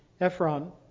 Ephron